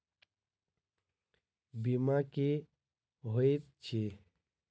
बीमा की होइत छी?